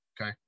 Okay